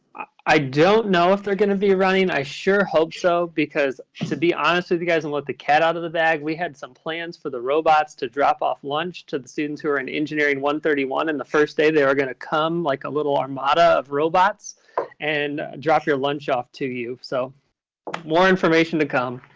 i don't know if they're going to be running. i sure hope so because to be honest with you guys and let the cat out of the bag, we had some plans for the robots to drop off lunch to the students who are in engineering one hundred and thirty one and the first day they are going to come like a little armada of robots and drop your lunch off to you. so more information to come?